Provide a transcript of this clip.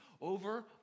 over